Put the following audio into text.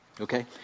Okay